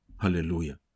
Hallelujah